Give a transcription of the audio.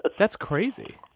but that's crazy.